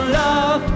love